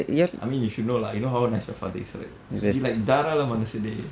I mean you should know lah you know how nice my father is right he like தாராள மனசு:thaarala manasu dey